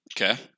Okay